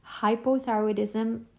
hypothyroidism